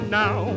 now